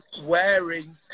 wearing